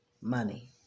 money